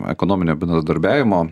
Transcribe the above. ekonominio bendradarbiavimo